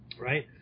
right